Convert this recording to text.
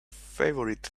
favorite